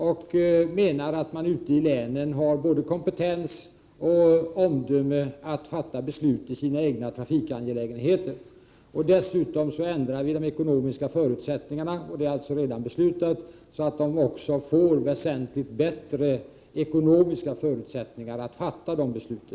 Vi menar att man ute i länen har både kompetens och omdöme för att fatta beslut i egna trafikangelägenheter. Dessutom så ändrar vi de ekonomiska förutsättningarna, och detta är redan beslutat, så att länen också får väsentligt bättre ekonomiska förutsättningar att fatta dessa beslut.